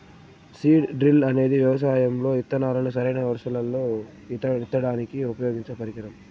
seed drill అనేది వ్యవసాయం లో ఇత్తనాలను సరైన వరుసలల్లో ఇత్తడానికి ఉపయోగించే పరికరం